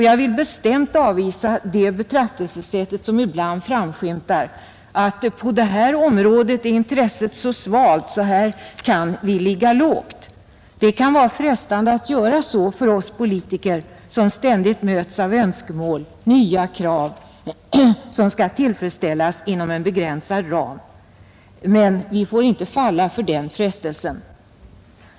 Jag vill bestämt avvisa det betraktelsesätt som ibland framskymtar, nämligen att intresset på det här området är så svalt, så här kan vi ligga lågt. Det kan vara frestande att resonera så för oss politiker som ständigt möts av nya önskemål och krav som skall tillfredsställas och har en begränsad ram att hålla oss inom. Men vi får inte falla för den frestelsen.